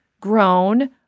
grown